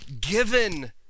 given